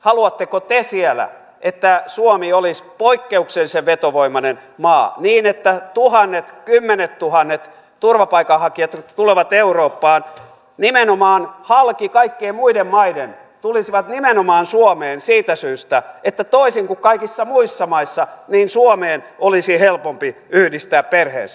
haluatteko te siellä että suomi olisi poikkeuksellisen vetovoimainen maa niin että tuhannet kymmenettuhannet turvapaikanhakijat tulevat eurooppaan nimenomaan halki kaikkien muiden maiden tulisivat nimenomaan suomeen siitä syystä että toisin kuin kaikkiin muihin maihin suomeen olisi helpompi yhdistää perheensä